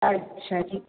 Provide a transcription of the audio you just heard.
ਅੱਛਾ ਜੀ